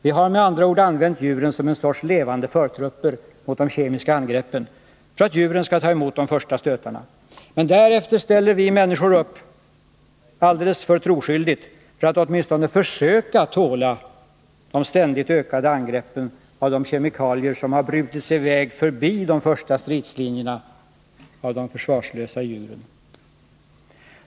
Vi har med andra ord använt djuren som en sorts levande förtrupper mot de kemiska angreppen — för att djuren skall ta emot de första stötarna. Men därefter ställer vi människor upp-— alldeles för troskyldigt— för att åtminstone försöka tåla de ständigt ökande angreppen av de kemikalier som har brutit sig väg förbi de första stridslinjerna av de försvarslösa djuren.